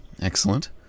Excellent